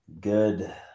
good